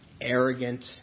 arrogant